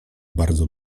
bardzo